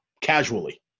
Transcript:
casually